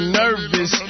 nervous